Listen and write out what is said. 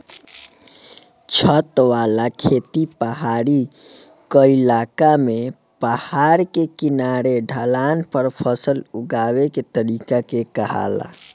छत वाला खेती पहाड़ी क्इलाका में पहाड़ के किनारे ढलान पर फसल उगावे के तरीका के कहाला